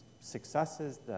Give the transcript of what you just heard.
successes